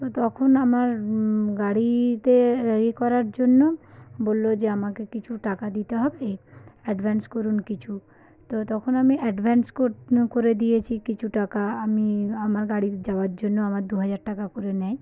তো তখন আমার গাড়িতে এ করার জন্য বলল যে আমাকে কিছু টাকা দিতে হবে অ্যাডভান্স করুন কিছু তো তখন আমি অ্যাডভান্স করে দিয়েছি কিছু টাকা আমি আমার গাড়ির যাওয়ার জন্য আমার দু হাজার টাকা করে নেয়